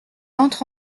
entre